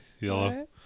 Yellow